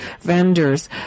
vendors